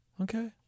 Okay